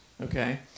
okay